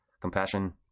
compassion